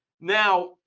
Now